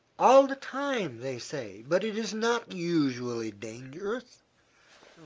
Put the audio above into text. all the time, they say. but it is not usually dangerous